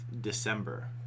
December